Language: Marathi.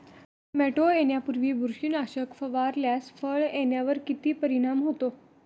टोमॅटो येण्यापूर्वी बुरशीनाशक फवारल्यास फळ येण्यावर किती परिणाम होतो?